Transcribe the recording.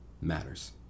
matters